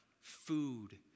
food